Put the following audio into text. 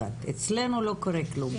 אצלנו לא קורה כלום...